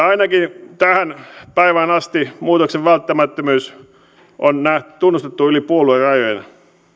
ainakin tähän päivään asti muutoksen välttämättömyys on tunnustettu yli puoluerajojen